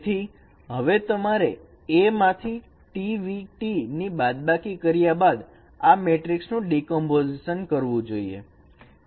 તેથી હવે તમારે A માંથી tvT ની બાદબાકી કર્યા બાદ આ મેટ્રિકસ નું ડીકમ્પોઝિશન કરવું જોઈએ